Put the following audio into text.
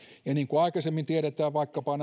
ja niin kuin aikaisemmin tiedetään vaikkapa